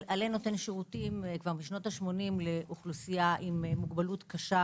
עלה נותן שירותים משנות ה-80 לאוכלוסייה עם מוגבלות קשה